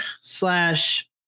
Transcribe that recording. slash